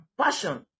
passion